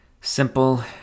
simple